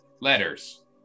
letters